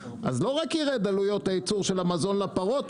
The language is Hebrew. אז לא רק תרד עלות הייצור של המזון לפרות,